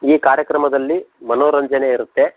ಈ ಕಾರ್ಯಕ್ರಮದಲ್ಲಿ ಮನೋರಂಜನೆ ಇರುತ್ತೆ